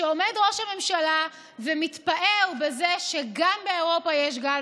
כשעומד ראש הממשלה ומתפאר בכך שגם באירופה יש גל